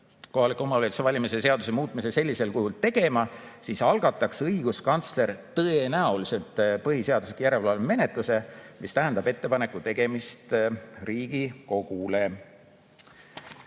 volikogu valimise seaduse muutmise sellisel kujul ära tegema, siis algataks õiguskantsler tõenäoliselt põhiseaduslikkuse järelevalve menetluse, mis tähendab ettepaneku tegemist Riigikogule.